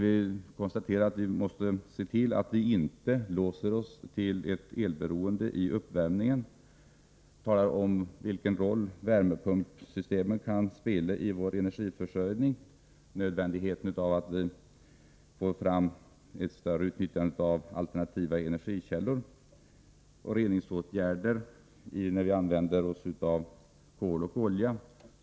Hon konstaterar att vi måste se till att vi inte låser oss vid ett elberoende i uppvärmningen, och hon framhåller vilken roll värmepumpssystemet kan spela i landets energiförsörjning, nödvändigheten av att man får till stånd ett större utnyttjande av alternativa energikällor och reningsåtgärder vid användning av kol och olja.